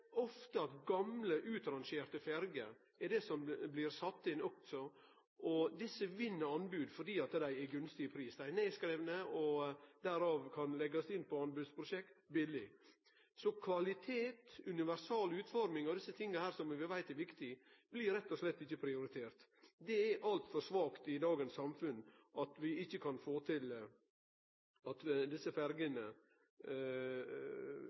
ofte at gamle, utrangerte ferjer blir sette inn, og desse vinn anbod fordi dei er gunstige i pris. Dei er nedskrivne og dei kan leggjast inn i anbodsprosjekt billeg. Så kvalitet, universal utforming og desse tinga som vi veit er viktige, blir rett og slett ikkje prioriterte. Det er altfor svakt i dagens samfunn at vi ikkje kan få til